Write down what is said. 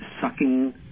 sucking